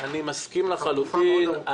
אני מסכים לחלוטין.